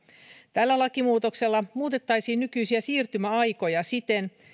tällä lakimuutoksella muutettaisiin nykyisiä siirtymäaikoja siten